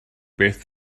beth